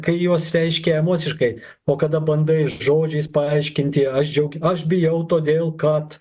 kai juos reiški emociškai o kada bandai žodžiais paaiškinti aš džiaugiu aš bijau todėl kad